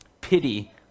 pity